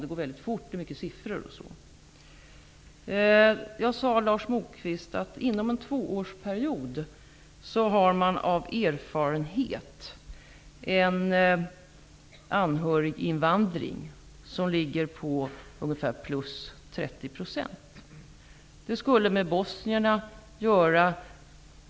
Det går fort, det är många siffror osv. Till Lars Moquist vill jag säga att jag sade att man inom en tvåårsperiod får en anhöriginvandring som ligger på ungefär plus 30 %. Det vet man av erfarenhet.